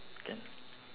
can